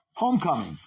Homecoming